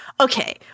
okay